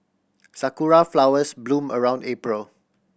sakura flowers bloom around April